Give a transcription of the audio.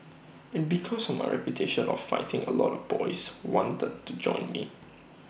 and because of my reputation of fighting A lot of boys wanted to join me